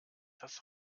das